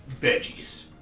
Veggies